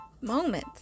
moment